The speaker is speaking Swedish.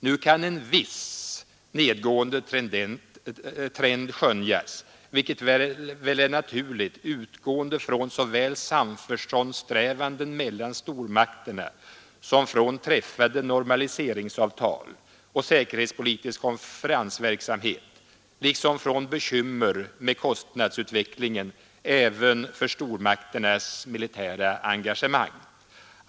Nu kan en viss nedgående trend skönjas, vilket väl är naturligt utgående från såväl samförståndssträvanden mellan stormakterna som från träffade normaliseringsavtal och säkerhetspolitisk konferensverksamhet liksom från bekymmer med kostnadsutvecklingen även för stormakternas militära engagemang.